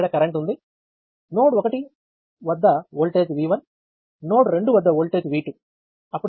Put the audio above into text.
ఇక్కడ కరెంట్ ఉంది నోడ్ 1 వద్ద వోల్టేజ్ V1 నోడ్ 2 వద్ద వోల్టేజ్ V2